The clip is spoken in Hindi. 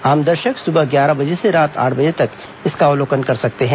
आम दर्शक सुबह ग्यारह बजे से रात आठ बजे तक इसका अवलोकन कर सकते हैं